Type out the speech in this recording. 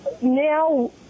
now